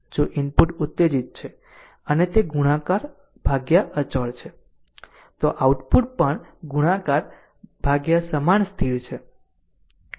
જો ઇનપુટ ઉતેજીત છે અને તે ગુણાકાર અચળ છે તો આઉટપુટ પણ ગુણાકાર સમાન સ્થિર છે